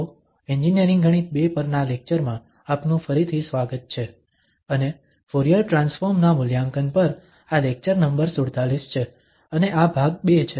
તો એન્જીનિયરિંગ ગણિત II પરના લેક્ચરમાં આપનું ફરીથી સ્વાગત છે અને ફુરીયર ટ્રાન્સફોર્મ ના મૂલ્યાંકન પર આ લેક્ચર નંબર 47 છે અને આ ભાગ II છે